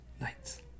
nights